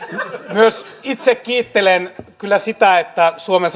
myös itse kiittelen kyllä sitä että suomen